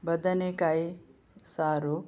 ಬದನೆಕಾಯಿ ಸಾರು